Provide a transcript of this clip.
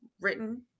written